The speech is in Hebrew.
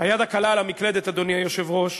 היד הקלה על המקלדת, אדוני היושב-ראש,